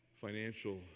financial